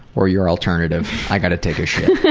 or your alternative, i've gotta take a shit.